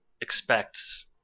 expects